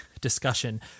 discussion